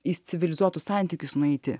į civilizuotus santykius nueiti